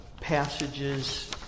passages